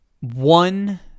one